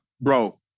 bro